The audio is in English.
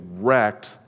wrecked